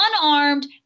unarmed